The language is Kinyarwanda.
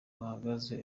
duhagaze